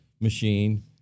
machine